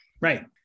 Right